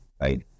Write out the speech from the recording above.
right